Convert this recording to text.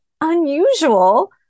unusual